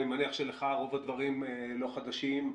אני מניח שלך רוב הדברים לא חדשים,